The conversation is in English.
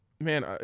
man